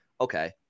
Okay